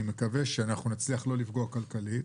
אני מקווה שאנחנו נצליח לא לפגוע כלכלית.